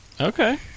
Okay